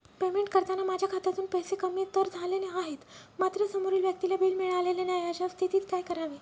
Payment करताना माझ्या खात्यातून पैसे कमी तर झाले आहेत मात्र समोरील व्यक्तीला बिल मिळालेले नाही, अशा स्थितीत काय करावे?